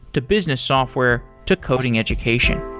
to business software, to coding education.